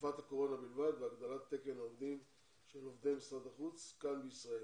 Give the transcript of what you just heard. בתקופת הקורונה בלבד והגדלת תקן העובדים של עובדי משרד החוץ כאן בישראל,